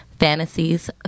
fantasies